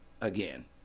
again